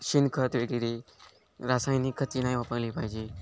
शेणखत वगैरे रासायनिक खते नाही वापरली पाहिजे